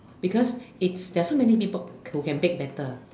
because its there's so many people who can bake better